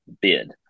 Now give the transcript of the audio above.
bid